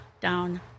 down